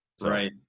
right